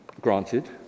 granted